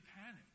panic